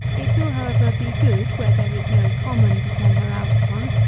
it will, however, be good, where there is no common to turn her out upon,